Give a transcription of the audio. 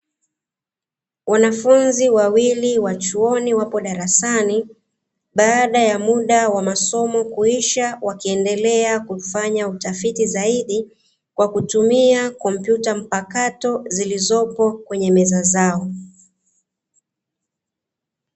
Wanafunzi wawili wa chuo wapo darasani baada ya muda wa masomo kuisha, wakiendelea kufanya Utafiti zaidi kwa kutumia kopyuta mpakato zilizopo kwenye meza zao.